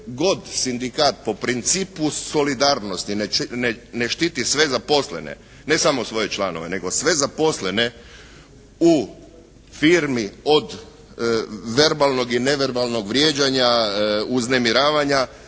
god sindikat po principu solidarnosti ne štiti sve zaposlene, ne samo svoje članove, nego sve zaposlene u firmi od verbalnog i neverbalnog vrijeđanja, uznemiravanja